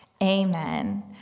Amen